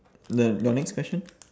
the your next question